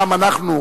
גם אנחנו,